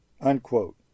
unquote